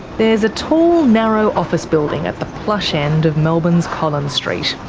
there's a tall, narrow office building at the plush end of melbourne's collins street,